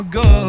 go